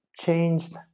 changed